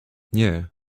nie